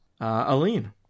Aline